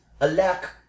alack